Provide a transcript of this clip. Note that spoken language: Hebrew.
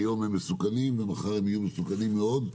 היום הם מסוכנים ומחר הם יהיו מסוכנים מאוד,